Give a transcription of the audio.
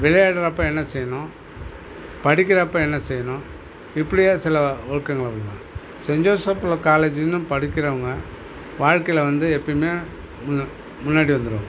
விளையாடுறப்போ என்ன செய்யணும் படிக்கிறப்போ என்ன செய்யணும் இப்படியே சில ஒழுக்கங்களை சென் ஜோஷப்பில காலேஜ்லன்னு படிக்கிறவங்க வாழ்க்கையில் வந்து எப்பையுமே முன் முன்னாடி வந்துருவாங்க